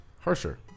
harsher